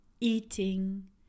eating